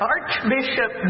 Archbishop